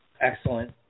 excellent